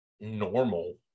normal